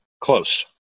Close